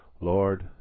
Lord